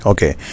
Okay